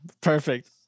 Perfect